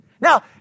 Now